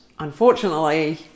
Unfortunately